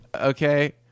Okay